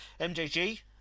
MJG